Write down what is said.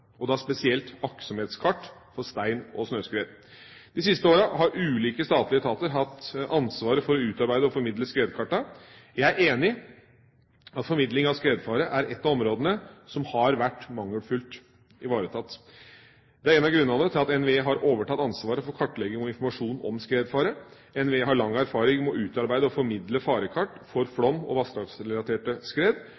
og da spesielt aktsomhetskart for stein- og snøskred. De siste årene har ulike statlige etater hatt ansvaret for å utarbeide og formidle skredkartene. Jeg er enig i at formidling av skredfare er et av områdene som har vært mangelfullt ivaretatt. Det er en av grunnene til at NVE har overtatt ansvaret for kartlegging og informasjon om skredfare. NVE har lang erfaring med å utarbeide og formidle farekart for